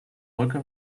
brücke